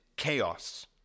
chaos